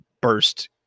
burst